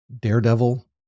daredevil